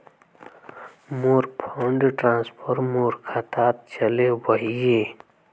मोर fund transfer मोर खातात चले वहिये